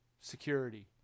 security